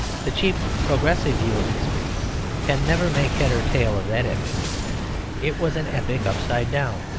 the cheap progressive view of history can never make head or tail of that epoch it was an epoch upside down.